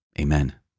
Amen